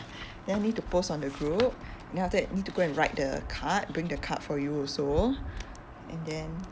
then need to post on the group then after that need to go and write the card bring the card for you also and then